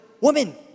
Woman